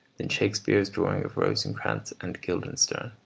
than shakespeare's drawing of rosencrantz and guildenstern.